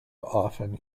often